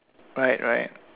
right right